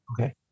Okay